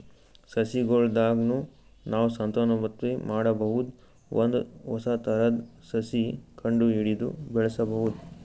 ಸಸಿಗೊಳ್ ದಾಗ್ನು ನಾವ್ ಸಂತಾನೋತ್ಪತ್ತಿ ಮಾಡಬಹುದ್ ಒಂದ್ ಹೊಸ ಥರದ್ ಸಸಿ ಕಂಡಹಿಡದು ಬೆಳ್ಸಬಹುದ್